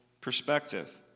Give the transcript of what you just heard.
perspective